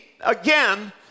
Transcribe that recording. again